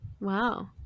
wow